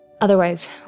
Otherwise